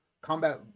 combat